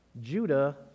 Judah